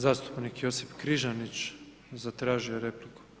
Zastupnik Josip Križanić zatražio je repliku.